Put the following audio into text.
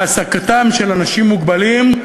העסקתם של אנשים מוגבלים,